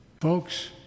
Folks